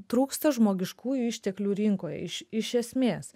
trūksta žmogiškųjų išteklių rinkoje iš iš esmės